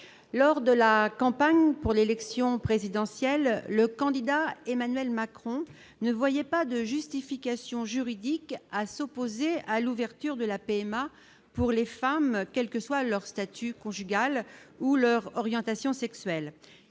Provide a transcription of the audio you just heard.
lors de la campagne pour l'élection présidentielle, le candidat Emmanuel Macron ne voyait pas de justification juridique à s'opposer à l'ouverture de la PMA pour les femmes, quelle que soit leur statut conjugal ou leur orientation sexuelle,